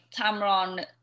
Tamron